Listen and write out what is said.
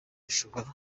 ishobora